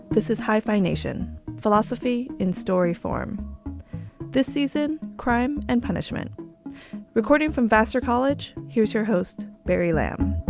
this is hyphenation philosophy in story form this season. crime and punishment recording from vassar college. here's your host, barry lamb